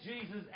Jesus